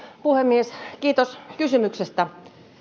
puhemies kiitos kysymyksestä